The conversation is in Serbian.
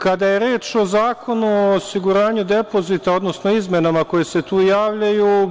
Kada je reč o Zakonu o osiguranju depozita, odnosno koje se tu javljaju,